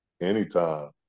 anytime